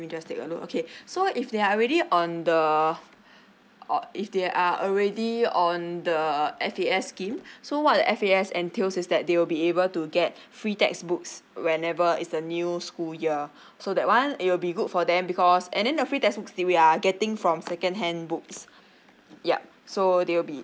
just take a look okay so if they are already on the uh or if they are already on the uh F_A_S scheme so what the F_A_S entails is that they will be able to get free textbooks whenever is the new school year so that one it will be good for them because and then the free textbook we are getting from second hand books yup so they will be